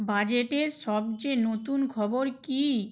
বাজেটের সবচেয়ে নতুন খবর কী